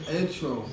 intro